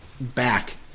back